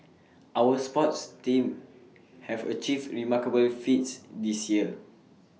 our sports teams have achieved remarkable feats this year